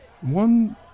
one